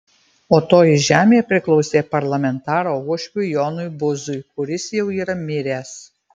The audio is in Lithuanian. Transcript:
o toji žemė priklausė parlamentaro uošviui jonui buzui kuris jau yra miręs